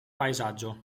paesaggio